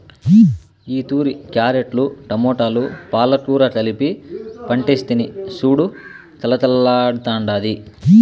ఈతూరి క్యారెట్లు, టమోటాలు, పాలకూర కలిపి పంటేస్తిని సూడు కలకల్లాడ్తాండాది